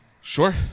sure